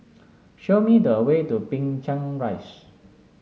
show me the way to Binchang Rise